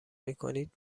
میکنید